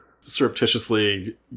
surreptitiously